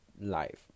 life